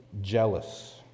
jealous